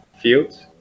fields